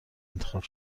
انتخاب